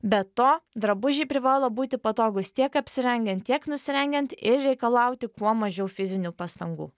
be to drabužiai privalo būti patogūs tiek apsirengiant tiek nusirengiant ir reikalauti kuo mažiau fizinių pastangų